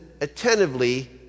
attentively